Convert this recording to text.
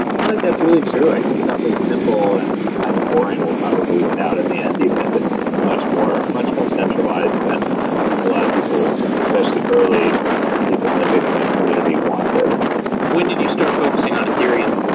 like that's really true. i think something simple and kind of boring will probably win out in the end, even if it's much more much more centralized than a lot of people, especially early people on the bitcoin community wanted when did you start focusing on ethereum?